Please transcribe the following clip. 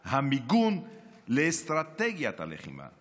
המיגון לאסטרטגיית הלחימה.